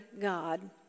God